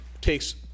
takes